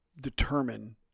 determine